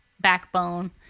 backbone